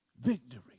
victory